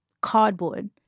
cardboard